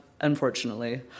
unfortunately